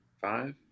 five